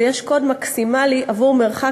ויש קוד מקסימלי עבור מרחק,